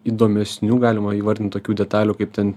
įdomesnių galima įvardinti tokių detalių kaip ten